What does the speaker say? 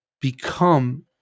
Become